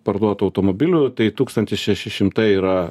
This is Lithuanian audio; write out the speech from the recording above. parduotų automobilių tai tūkstantis šeši šimtai yra